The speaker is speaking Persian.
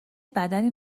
بدنی